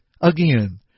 Again